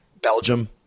Belgium